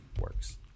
works